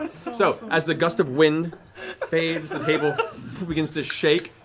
so so. as the gust of wind fades, the table begins to shake,